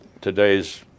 today's